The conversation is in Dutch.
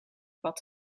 wat